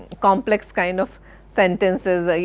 complex kind of sentences, yeah